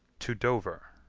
to dover.